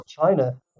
China